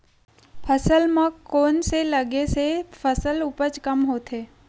फसल म कोन से लगे से फसल उपज कम होथे?